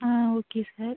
ah okay sir